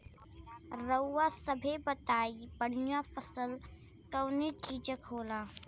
रउआ सभे बताई बढ़ियां फसल कवने चीज़क होखेला?